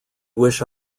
wish